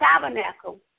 tabernacle